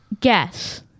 guess